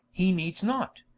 hee needes not,